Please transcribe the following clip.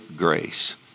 grace